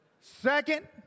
Second